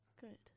Good